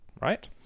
Right